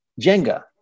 Jenga